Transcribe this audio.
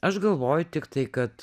aš galvoju tiktai kad